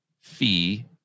fee